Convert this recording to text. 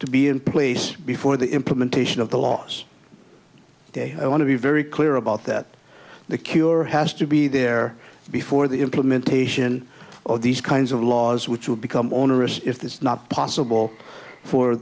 to be in place before the implementation of the laws they want to be very clear about that the cure has to be there before the implementation of these kinds of laws which would become onerous if that's not possible for